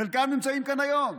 חלקם נמצאים כאן היום.